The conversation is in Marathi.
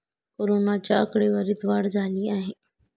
कोरोनाच्या आकडेवारीत वाढ झाली आहे